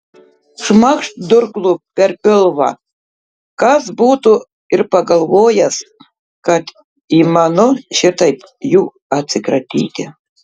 šmakšt durklu per pilvą kas būtų ir pagalvojęs kad įmanu šitaip jų atsikratyti